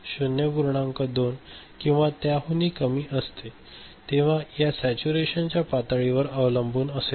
2 किंवा त्याहूनही कमी असते ते या सॅच्यूरेशन च्या पातळीवर अवलंबून असेल